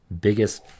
biggest